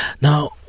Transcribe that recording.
Now